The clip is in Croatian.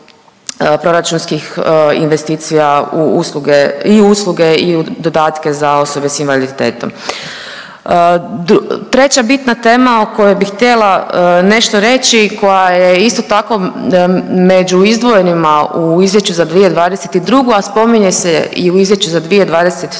proračunskih investicija u usluge i usluge i u dodatke za osobe s invaliditetom. Treća bitna tema o kojoj bi htjela nešto reći koja je isto tako među izdvojenima u izvješću za 2022., a spominje se i u izvješću za 2023.